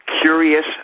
curious